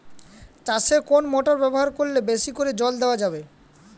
চাষে কোন মোটর ব্যবহার করলে বেশী করে জল দেওয়া যাবে?